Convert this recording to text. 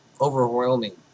overwhelming